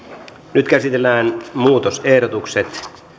nyt käsitellään muutosehdotukset